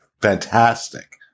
fantastic